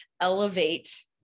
elevate